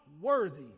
worthy